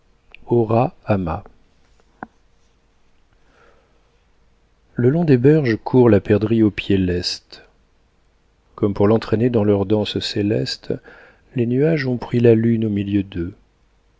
le long des berges court la perdrix au pied leste comme pour l'entraîner dans leur danse céleste les nuages ont pris la lune au milieu d'eux